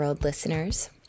listeners